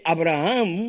Abraham